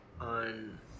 On